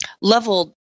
level